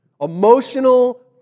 Emotional